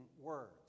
words